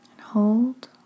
hold